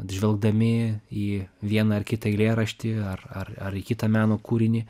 žvelgdami į vieną ar kitą eilėraštį ar ar ar į kitą meno kūrinį